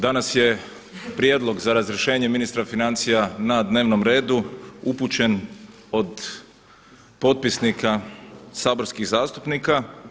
Danas je prijedlog za razrješenje ministra financija na dnevnom redu upućen od potpisnika saborskih zastupnika.